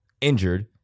injured